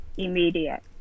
Immediate